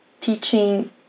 teaching